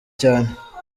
cyane